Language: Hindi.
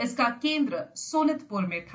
इसका केन्द्र सोनितपुर में था